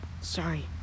Sorry